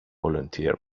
volunteer